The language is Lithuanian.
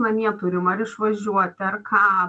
namie turim ar išvažiuoti ar ką